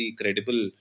credible